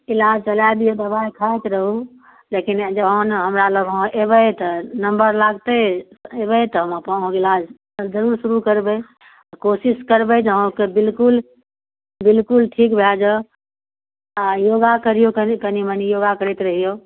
फिलहाल तऽ इएह जे दबाइ खाइत रही लेकिन जहन अहाॅं हमरा लग अयबै तऽ नम्बर लागतै नहि तऽ अहाँ अपन इलाज जरुर शुरु करबै कोशिश करबै जे अहाॅंके बिलकुल बिलकुल ठीक भय जाय आब योगा करियौ कनी कनी योगा करैत रहियौ